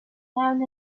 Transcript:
down